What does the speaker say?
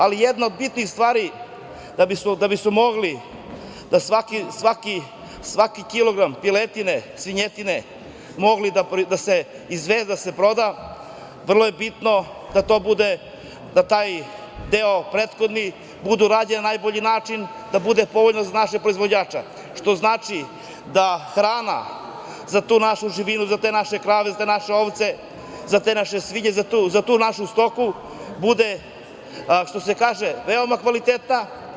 Ali, jedna od bitnih stvari da bi mogao svaki kilogram piletine, svinjetine da se izveze, da se proda, vrlo je bitno da taj deo prethodni bude urađen na najbolji način, da bude povoljno za naše proizvođače, što znači da hrana za tu našu živinu, za te naše krave, za naše ovce, za te naše svinje, za tu našu stoku bude, što se kaže, veoma kvalitetna.